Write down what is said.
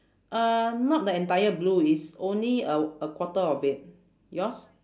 uh not the entire blue it's only a a quarter of it yours